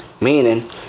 meaning